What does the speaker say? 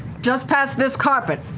just past this carpet.